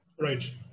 Right